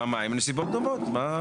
פעמיים נסיבות דומות.